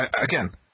again